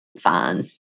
fine